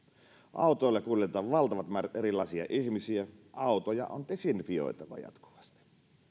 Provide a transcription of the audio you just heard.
autoilla kuljetetaan valtavat määrät erilaisia ihmisiä autoja on desinfioitava jatkuvasti